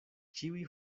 ĉiuj